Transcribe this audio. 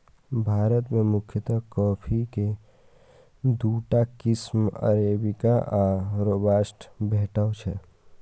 भारत मे मुख्यतः कॉफी के दूटा किस्म अरेबिका आ रोबास्टा भेटै छै